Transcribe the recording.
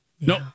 no